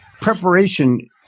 Preparation